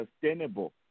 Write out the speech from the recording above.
sustainable